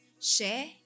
share